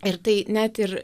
ir tai net ir